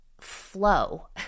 flow